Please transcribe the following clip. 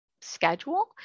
schedule